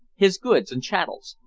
his goods and chattels,